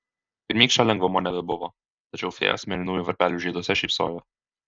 pirmykščio lengvumo nebebuvo tačiau fėjos mėlynųjų varpelių žieduose šypsojo